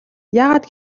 яагаад